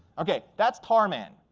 ok, that's tar man.